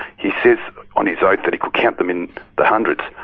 he says on his oath that he could count them in the hundreds.